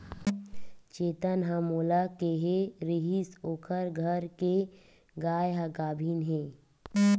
चेतन ह मोला केहे रिहिस ओखर घर के गाय ह गाभिन हे